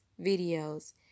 videos